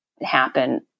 happen